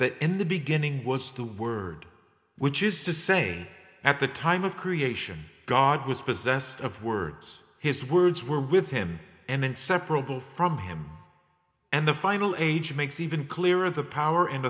that in the beginning was the word which is to say at the time of creation god was possessed of words his words were with him and inseparable from him and the final age makes even clearer the power and